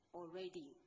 already